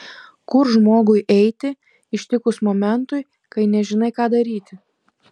kur žmogui eiti ištikus momentui kai nežinai ką daryti